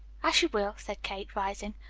as you will, said kate, rising.